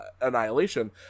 Annihilation